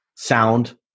Sound